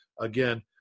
again